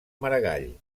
maragall